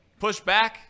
pushback